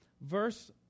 verse